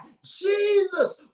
Jesus